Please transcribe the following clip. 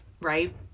right